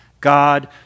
God